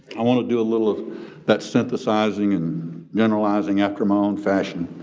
i wanna do a little of that synthesizing and generalizing after my own fashion.